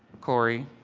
corey,